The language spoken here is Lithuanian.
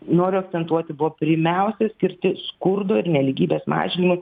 noriu akcentuoti buvo pirmiausia skirti skurdo ir nelygybės mažinimui